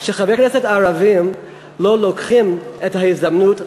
שחברי הכנסת הערבים לא לוקחים את ההזדמנות,